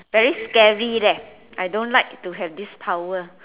very scary leh I don't like to have this power